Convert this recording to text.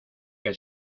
que